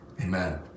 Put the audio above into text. Amen